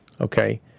Okay